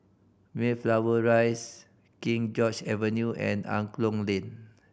Mayflower Rise King George Avenue and Angklong Lane